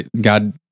God